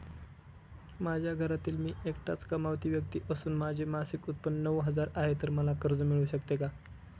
माझ्या घरातील मी एकटाच कमावती व्यक्ती असून माझे मासिक उत्त्पन्न नऊ हजार आहे, तर मला कर्ज मिळू शकते का?